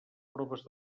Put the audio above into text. proves